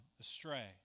astray